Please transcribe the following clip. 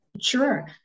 Sure